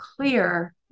clear